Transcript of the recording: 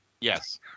Yes